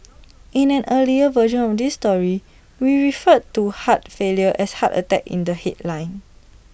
in an earlier version of this story we referred to heart failure as heart attack in the headline